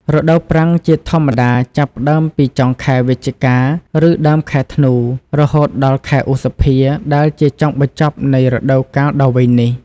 រដូវប្រាំងជាធម្មតាចាប់ផ្ដើមពីចុងខែវិច្ឆិកា ឬដើមខែធ្នូ រហូតដល់ខែឧសភាដែលជាចុងបញ្ចប់នៃរដូវកាលដ៏វែងនេះ។